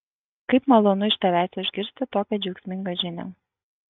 kaip malonu iš tavęs išgirsti tokią džiaugsmingą žinią